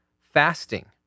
Fasting